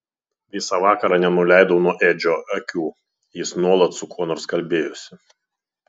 visą vakarą nenuleidau nuo edžio akių jis nuolat su kuo nors kalbėjosi